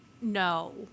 No